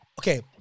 Okay